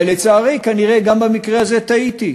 אבל לצערי כנראה גם במקרה הזה טעיתי,